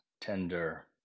tender